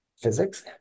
physics